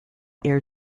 air